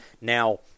Now